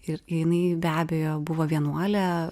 ir jinai be abejo buvo vienuolė